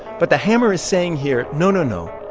but the hammer is saying here, no, no, no.